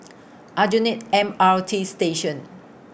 Aljunied M R T Station